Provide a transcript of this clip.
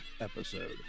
episode